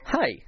Hi